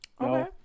Okay